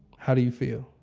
how do you feel?